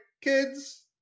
Kids